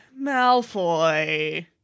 Malfoy